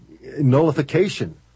nullification